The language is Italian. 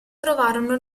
trovarono